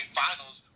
finals